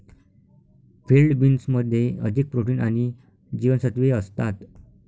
field बीन्समध्ये अधिक protein आणि जीवनसत्त्वे असतात